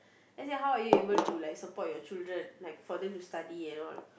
let's say how are you able to like support your children like for them to study and all